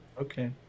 Okay